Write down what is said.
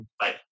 Bye